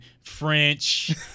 French